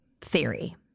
theory